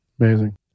Amazing